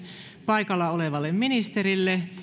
paikalla olevalle ministerille